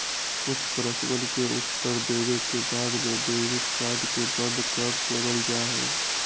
कुछ प्रश्नवन के उत्तर देवे के बाद में डेबिट कार्ड के बंद कर देवल जाहई